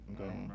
Okay